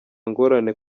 ngorane